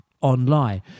online